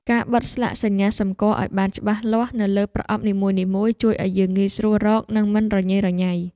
ការបិទស្លាកសញ្ញាសម្គាល់ឱ្យបានច្បាស់លាស់នៅលើប្រអប់នីមួយៗជួយឱ្យយើងងាយស្រួលរកនិងមិនរញ៉េរញ៉ៃ។